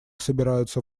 собираются